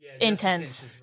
intense